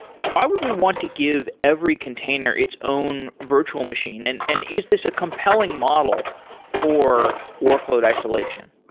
why would we want to give every container its own virtual machine, and and is this a compelling model for workload isolation?